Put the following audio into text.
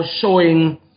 showing